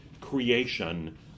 creation